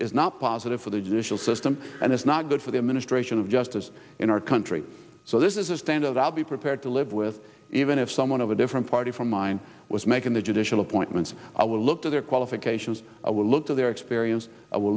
is not positive for the judicial system and it's not good for the administration of justice in our country so this is a standard i'll be prepared to live with even if someone of a different party from mine was making the judicial appointments i will look to their qualifications i will look to their experience i w